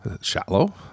shallow